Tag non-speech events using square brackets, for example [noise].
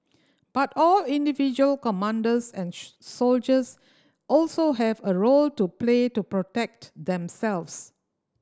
but all individual commanders and [unintelligible] soldiers also have a role to play to protect themselves